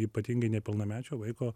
ypatingai nepilnamečio vaiko